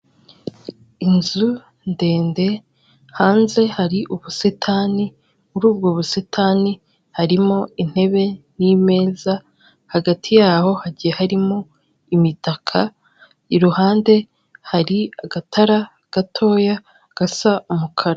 Inzu ndende hanze hari ubusitani muri ubwo busitani harimo intebe n'imeza, hagati yaho hagiye harimo imitaka, iruhande hari agatara gatoya gasa umukara.